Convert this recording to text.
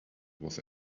was